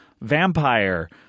vampire